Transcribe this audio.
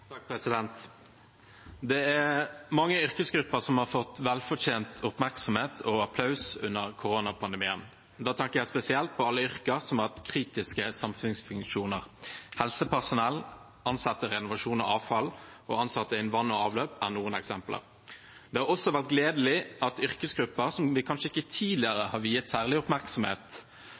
Det er mange yrkesgrupper som har fått velfortjent oppmerksomhet og applaus under koronapandemien. Da tenker jeg spesielt på alle med yrker som har kritiske samfunnsfunksjoner. Helsepersonell, ansatte innen renovasjon og avfall og ansatte innen vann og avløp er noen eksempler. Det har også vært gledelig at yrkesgrupper som vi kanskje ikke tidligere har viet særlig oppmerksomhet,